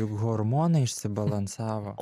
hormonai išsibalansavo